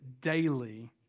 daily